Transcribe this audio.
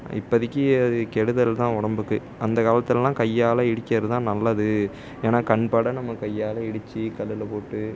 இப்போதிக்கு அது கெடுதல் தான் உடம்புக்கு அந்த காலத்துலெலாம் கையால் இடிக்கிறது தான் நல்லது ஏன்னால் கண்பட நம்ம கையால் இடித்து கல்லில் போட்டு